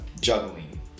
juggling